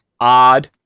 odd